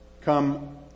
come